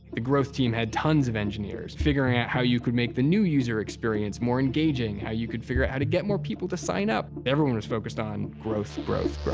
the growth team had tons of engineers figuring out how you could make the new user experience more engaging, how you could figure out how to get more people to sign up. everyone was focused on growth, growth, growth.